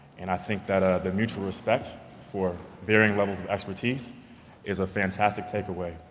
and i think that ah the mutual respect for varying levels of expertise is a fantastic takeaway,